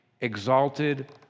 exalted